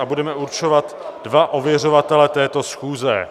Budeme určovat dva ověřovatele této schůze.